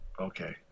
Okay